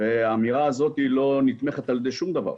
האמירה הזאת לא נתמכת על ידי שום דבר.